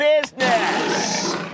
business